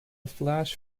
flash